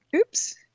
Oops